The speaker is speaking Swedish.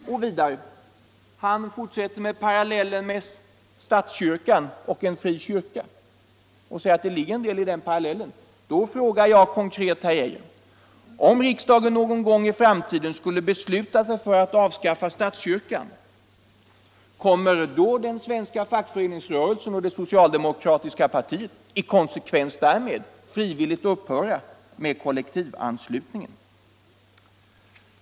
För det sjätte: Herr Geijer fortsätter med parallellen med statskyrkan och en fri kyrka och säger att det ligger kanske en del i den parallellen. Då frågar jag: Om riksdagen någon gång i framtiden skulle besluta sig för att avskaffa statskyrkan, kommer då den svenska fackföreningsrörelsen och det socialdemokratiska partiet i konsekvens därmed att frivilligt upphöra med kollektivanslutningen?